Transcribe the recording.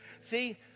See